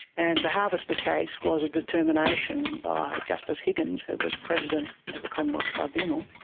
and the harvester case was a determination by justice higgins, who was president of the commonwealth tribunal,